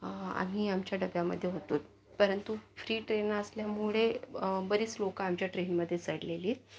आम्ही आमच्या डब्यामध्ये होतो परंतु फ्री ट्रेन असल्यामुळे बरीच लोकं आमच्या ट्रेनमध्ये चढलेली